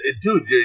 dude